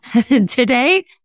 today